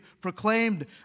proclaimed